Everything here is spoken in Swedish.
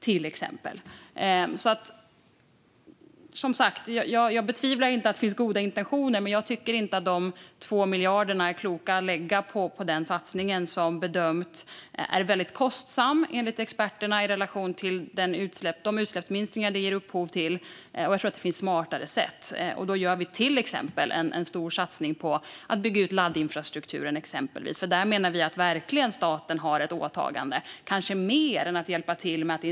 Jag betvivlar som sagt inte att det finns goda intentioner, men jag tycker inte att det är klokt att lägga de 2 miljarderna på den här satsningen som experterna bedömer är väldigt kostsam i relation till de utsläppsminskningar som den ger upphov till. Jag tror att det finns smartare sätt. Vi gör till exempel en stor satsning på att bygga ut laddinfrastrukturen. Där menar vi att staten verkligen har ett åtagande.